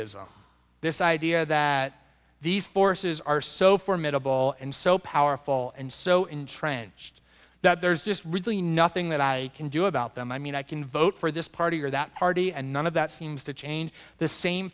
defeatism this idea that these forces are so formidable and so powerful and so entrenched that there's just really nothing that i can do about them i mean i can vote for this party or that party and none of that seems to change the same